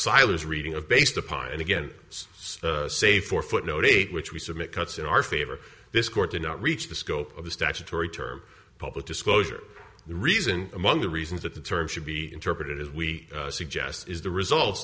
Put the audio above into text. silas reading of based upon and again so say for footnote eight which we submit cuts in our favor this court did not reach the scope of the statutory term public disclosure the reason among the reasons that the term should be interpreted as we suggest is the results